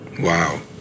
Wow